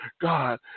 God